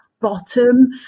bottom